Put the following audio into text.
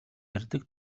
ярьдаг